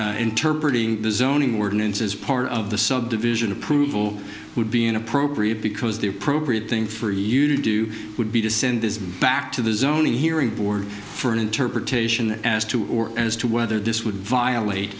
start interpret the zoning ordinance as part of the subdivision approval would be inappropriate because the appropriate thing for you to do would be to send this back to the zoning hearing board for an interpretation as to or as to whether this would violate